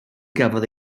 gafodd